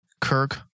Kirk